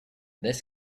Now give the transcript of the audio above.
this